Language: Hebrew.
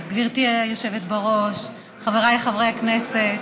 גברתי היושבת בראש, חבריי חברי הכנסת,